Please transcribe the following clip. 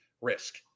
risk